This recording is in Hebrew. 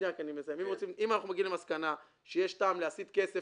--אם אנחנו מגיעים למסקנה שיש טעם להסיט כסף